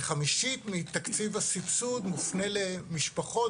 כחמישית מתקציב הסבסוד מופנה למשפחות